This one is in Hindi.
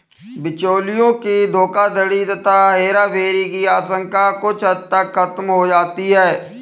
बिचौलियों की धोखाधड़ी तथा हेराफेरी की आशंका कुछ हद तक खत्म हो जाती है